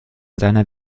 seiner